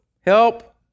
help